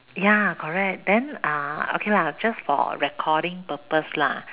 ya correct then uh okay lah just for recording purposes lah